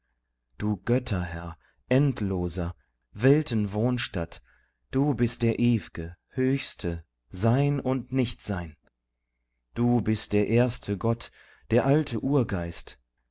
du götterherr endloser weltenwohnstatt du bist der ew'ge höchste sein und nichtsein du bist der erste gott der alte urgeist